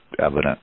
evident